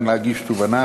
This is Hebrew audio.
אין אפשרות להגיש תובענה,